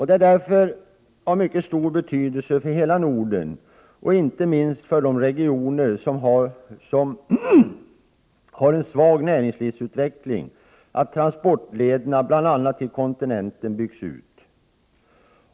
Det är därför av mycket stor betydelse för hela Norden, inte minst för de regioner som har en svag näringslivsutveckling, att transportlederna, bl.a. till kontinenten, byggs ut.